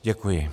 Děkuji.